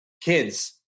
kids